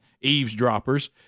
eavesdroppers